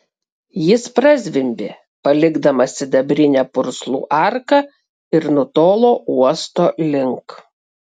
jis prazvimbė palikdamas sidabrinę purslų arką ir nutolo uosto link